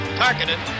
targeted